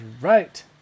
right